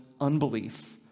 unbelief